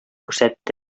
күрсәтте